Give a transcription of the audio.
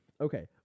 Okay